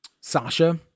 Sasha